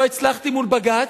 לא הצלחתי מול בג"ץ,